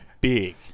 big